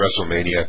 WrestleMania